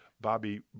Bobby